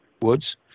woods